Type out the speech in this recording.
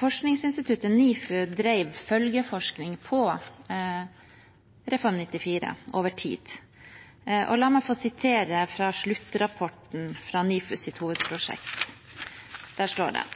Forskningsinstituttet NIFU drev følgeforskning på Reform 94 over tid. La meg få sitere fra sluttrapporten fra NIFUs hovedprosjekt. Der står det: